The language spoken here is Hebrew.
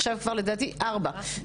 עכשיו כבר לדעתי ארבע.